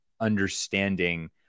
understanding